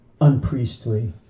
unpriestly